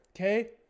okay